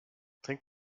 trink